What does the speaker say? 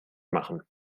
machen